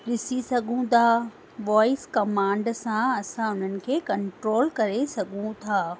ॾिसी सघूं था वॉइज कमांड सां असां उन्हनि खे कंट्रोल करे सघूं था